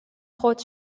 خود